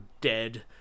dead